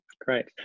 Great